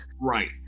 Right